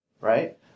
right